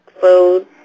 Food